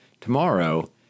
Tomorrow